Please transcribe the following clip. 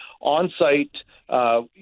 On-site